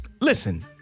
Listen